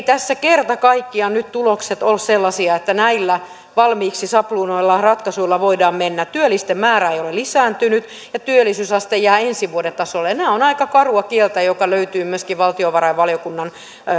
tässä kerta kaikkiaan nyt tulokset ole sellaisia että näillä valmiilla sabluunoilla ratkaisuilla voidaan mennä työllisten määrä ei ole lisääntynyt ja työllisyysaste jää ensi vuoden tasolle ja ja tämä on aika karua kieltä joka löytyy myöskin valtiovarainvaliokunnan